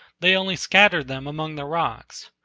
they only scattered them among the rocks,